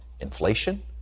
inflation